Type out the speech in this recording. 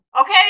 okay